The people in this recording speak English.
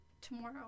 Tomorrow